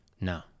no